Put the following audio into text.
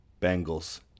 Bengals